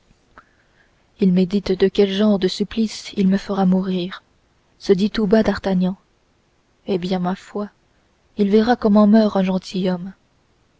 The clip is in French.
il médite de quel genre de supplice il me fera mourir se dit tout bas d'artagnan eh bien ma foi il verra comment meurt un gentilhomme